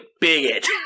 bigot